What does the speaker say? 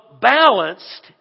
balanced